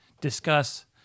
discuss